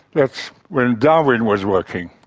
that's when darwin was working,